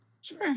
Sure